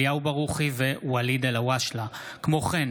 אליהו ברוכי וואליד אלהואשלה בנושא: